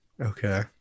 Okay